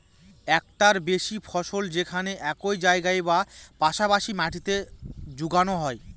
একটার বেশি ফসল যেখানে একই জায়গায় বা পাশা পাশি মাটিতে যোগানো হয়